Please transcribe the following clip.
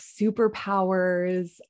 superpowers